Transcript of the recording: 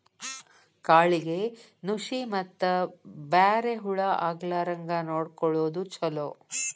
ಕಾಳಿಗೆ ನುಶಿ ಮತ್ತ ಬ್ಯಾರೆ ಹುಳಾ ಆಗ್ಲಾರಂಗ ನೊಡಕೊಳುದು ಚುಲೊ